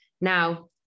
now